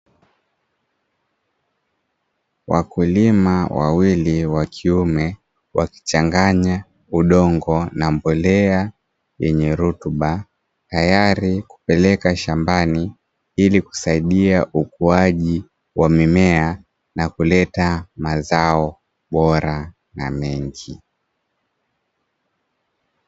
Wakulima wawili wa kiume wakichanganya udongo na mbolea yenye rutuba, tayari kupeleka shambani ili kusaidia ukuaji wa mimea na kuleta mazao bora na mengi.